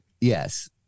yes